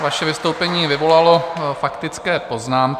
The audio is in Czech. Vaše vystoupení vyvolalo faktické poznámky.